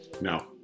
No